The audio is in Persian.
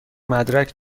مدرک